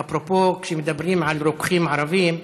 ואפרופו, כשמדברים על רוקחים ערבים,